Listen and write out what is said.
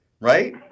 right